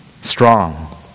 strong